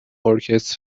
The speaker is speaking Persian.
ارکستر